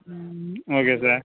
ம் okay sir